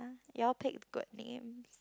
ya you all picked good names